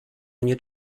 mnie